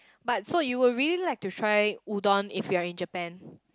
but so you were really like to try udon if you are in Japan